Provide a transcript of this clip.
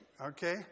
Okay